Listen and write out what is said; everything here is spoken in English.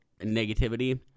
negativity –